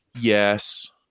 yes